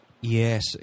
Yes